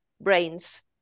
brains